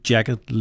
Jacket